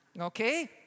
Okay